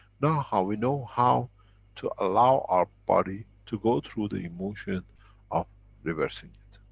now how, we know how to allow our body to go through the emotion of reversing it.